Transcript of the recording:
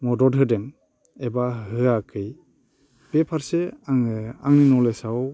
मदद होदों एबा होआखै बेफारसे आङो आंनि नलेजआव